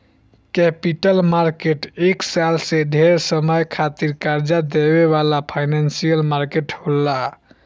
capital market एक साल से ढेर समय खातिर कर्जा देवे वाला फाइनेंशियल मार्केट होला